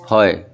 হয়